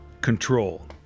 control